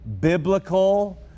biblical